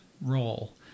role